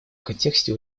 контексте